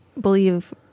believe